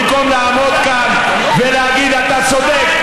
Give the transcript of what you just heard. במקום לעמוד כאן ולהגיד: אתה צודק.